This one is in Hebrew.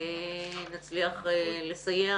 נצליח לסייע